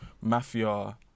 mafia